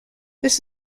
this